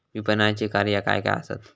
विपणनाची कार्या काय काय आसत?